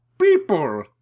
People